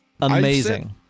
amazing